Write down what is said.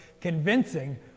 convincing